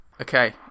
Okay